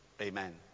Amen